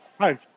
Hi